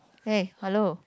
hey hello